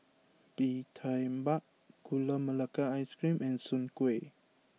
Bee Tai Mak Gula Melaka Ice Cream and Soon Kway